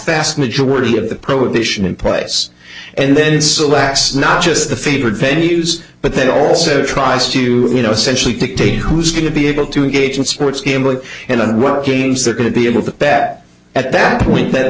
vast majority of the prohibition in place and then it's alas not just the favored venues but they also tries to you know essentially dictate who's going to be able to engage in sports gambling and what games they're going to be able to bat at that point that